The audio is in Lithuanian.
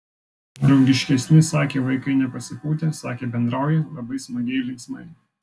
draugiškesni sakė vaikai nepasipūtę sakė bendrauja labai smagiai linksmai